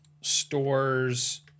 stores